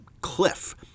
cliff